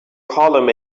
column